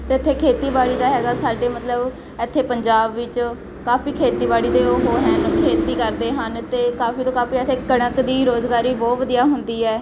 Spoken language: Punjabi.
ਅਤੇ ਇੱਥੇ ਖੇਤੀਬਾੜੀ ਦਾ ਹੈਗਾ ਸਾਡੇ ਮਤਲਬ ਇੱਥੇ ਪੰਜਾਬ ਵਿੱਚ ਕਾਫੀ ਖੇਤੀਬਾੜੀ ਦੇ ਉਹ ਹਨ ਖੇਤੀ ਕਰਦੇ ਹਨ ਅਤੇ ਕਾਫੀ ਤੋਂ ਕਾਫੀ ਇੱਥੇ ਕਣਕ ਦੀ ਰੁਜ਼ਗਾਰੀ ਬਹੁਤ ਵਧੀਆ ਹੁੰਦੀ ਹੈ